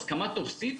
הסכמה טופסית?